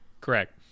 correct